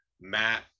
Matt